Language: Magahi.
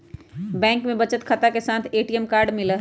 बैंक में बचत खाता के साथ ए.टी.एम कार्ड मिला हई